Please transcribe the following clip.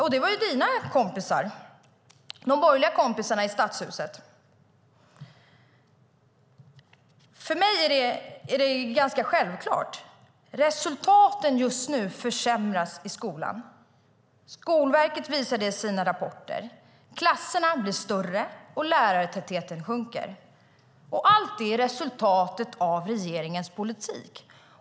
Och det var dina borgerliga kompisar i stadshuset som avslog det. Resultaten försämras just nu i skolan. Skolverket visar det i sina rapporter. Klasserna blir större, och lärartätheten sjunker. Allt det är resultatet av regeringens politik.